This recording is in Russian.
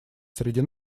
среди